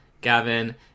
Gavin